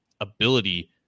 ability